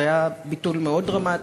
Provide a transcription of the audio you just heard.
זה היה ביטול מאוד דרמטי,